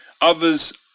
Others